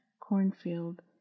cornfield